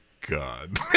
God